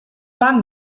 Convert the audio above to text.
lang